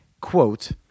quote